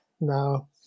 no